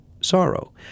sorrow